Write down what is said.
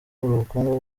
ubukungu